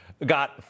got